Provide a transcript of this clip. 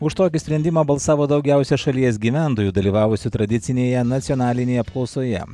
už tokį sprendimą balsavo daugiausia šalies gyventojų dalyvavusių tradicinėje nacionalinėje apklausoje